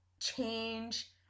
change